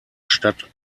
stadt